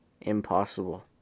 Impossible